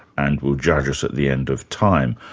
and will judge us at the end of time.